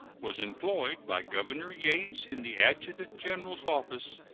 was employed by governor yates in the adjutant-general's office,